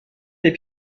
des